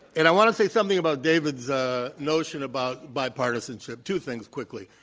and i want to say something about david's ah notion about bipartisanship. two things quickly,